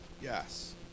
yes